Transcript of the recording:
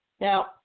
Now